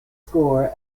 score